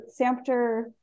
Sampter